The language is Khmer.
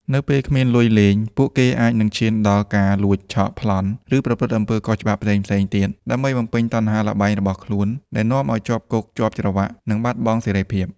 នៅពេលគ្មានលុយលេង ពួកគេអាចនឹងឈានដល់ការលួច ឆក់ ប្លន់ ឬប្រព្រឹត្តអំពើខុសច្បាប់ផ្សេងៗទៀត ដើម្បីបំពេញតណ្ហាល្បែងរបស់ខ្លួន ដែលនាំឲ្យជាប់គុកជាប់ច្រវាក់ និងបាត់បង់សេរីភាព។